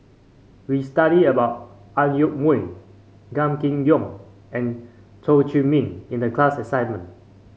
we studied about Ang Yoke Mooi Gan Kim Yong and Chew Chor Meng in the class assignment